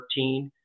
13